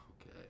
Okay